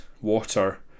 water